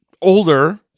older